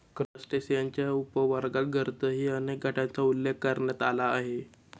क्रस्टेशियन्सच्या उपवर्गांतर्गतही अनेक गटांचा उल्लेख करण्यात आला आहे